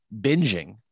binging